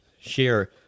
share